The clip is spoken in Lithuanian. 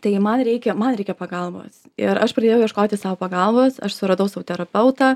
tai man reikia man reikia pagalbos ir aš pradėjau ieškoti sau pagalbos aš suradau sau terapeutą